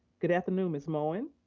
good afternoon, ms. moen.